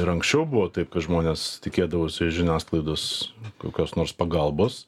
ir anksčiau buvo taip kad žmonės tikėdavosi iš žiniasklaidos kokios nors pagalbos